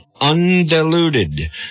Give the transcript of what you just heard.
undiluted